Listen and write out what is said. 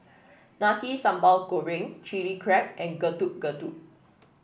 Nasi Sambal Goreng Chili Crab and Getuk Getuk